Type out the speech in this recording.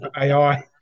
AI